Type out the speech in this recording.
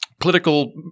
political